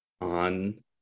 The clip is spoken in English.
on